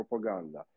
propaganda